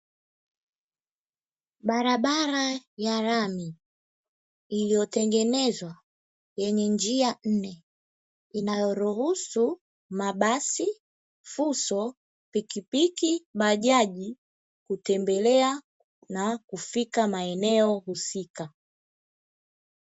Barabara ya lami iliyotengenezwa, yenye njia nne, inayoruhusu mabasi, fuso, pikipiki, bajaji kutembelea na kufika maeneo husika.